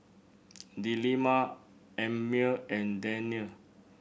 Delima Ammir and Daniel